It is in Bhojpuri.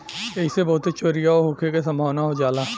ऐइसे बहुते चोरीओ होखे के सम्भावना हो जाला